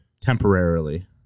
Temporarily